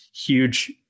Huge